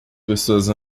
pessoas